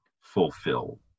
fulfill